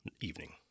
evening